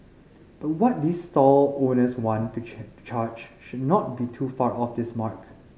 but what these stall owners want to charge should not be too far off this mark